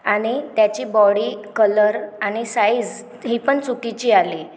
आणि त्याची body colour आणि साईज हे पण चुकीची आली